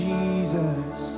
Jesus